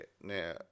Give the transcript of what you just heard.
Now